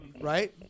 right